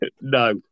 no